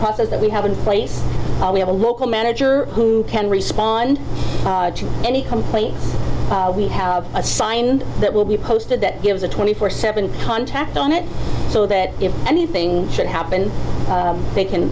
process that we have in place we have a local manager who can respond to any complaint we have that will be posted that gives a twenty four seven contact on it so that if anything should happen they can